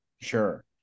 Sure